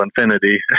infinity